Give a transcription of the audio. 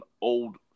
old